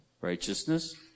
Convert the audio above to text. righteousness